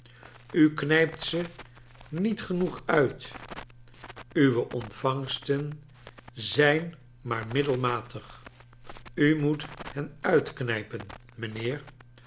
u knijpt ze niet genoeg uit uwe ontvangsten zijn maar middelmatig u moet hen uitknijpen mijnheer